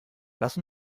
lass